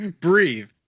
Breathe